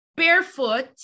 barefoot